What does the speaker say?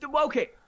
Okay